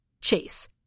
Chase